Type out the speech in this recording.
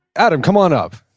adam, come on up.